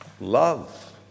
Love